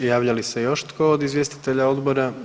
Javlja li se još tko od izvjestitelja odbora?